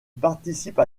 participe